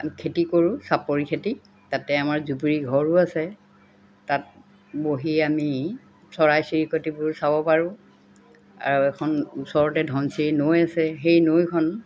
খেতি কৰোঁ চাপৰি খেতি তাতে আমাৰ জুপুৰী ঘৰো আছে তাত বহি আমি চৰাই চিৰিকটিবোৰ চাব পাৰোঁ আৰু এখন ওচৰতে ধনশিৰি নৈ আছে সেই নৈখন